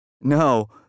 No